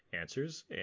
answers